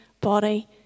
body